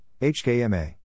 HKMA